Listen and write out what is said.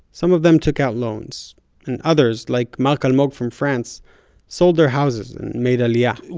some of them took out loans and others like mark almog from france sold their houses and made aliya.